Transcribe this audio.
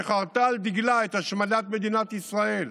שחרתה על דגלה את השמדת מדינת ישראל.